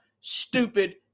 stupid